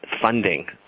funding